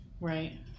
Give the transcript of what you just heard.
Right